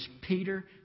Peter